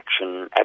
action